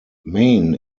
maine